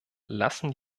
lassen